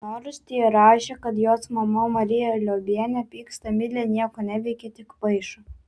dienoraštyje rašė kad jos mama marija liobienė pyksta milė nieko neveikia tik paišo